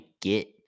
get